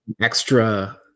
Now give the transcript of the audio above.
extra